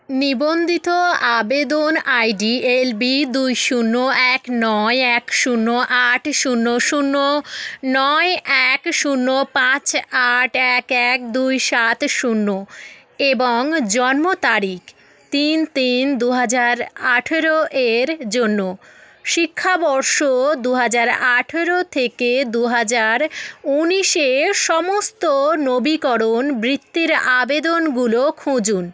নিবন্ধিত আবেদন ID L B দুই শূন্য এক নয় এক শূন্য আট শূন্য শূন্য নয় এক শূন্য পাঁচ আট এক এক দুই সাত শূন্য এবং জন্ম তারিখ তিন তিন দু হাজার আঠের এর জন্য শিক্ষাবর্ষ দু হাজার আঠেরো থেকে দু হাজার উনিশে সমস্ত নবীকরণ বৃত্তির আবেদনগুলো খুঁজুন